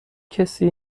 کسی